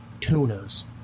Tuna's